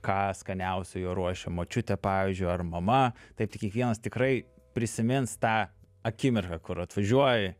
ką skaniausio jo ruošė močiutė pavyzdžiui ar mama taip tai kiekvienas tikrai prisimins tą akimirką kur atvažiuoji